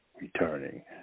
Returning